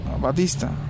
Batista